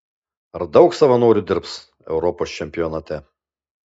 ar daug savanorių dirbs europos čempionate